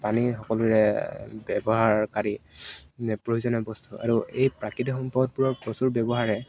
পানী সকলোৰে ব্যৱহাৰকাৰী প্ৰয়োজনীয় বস্তু আৰু এই প্ৰাকৃতিক সম্পদবোৰৰ প্ৰচুৰ ব্যৱহাৰে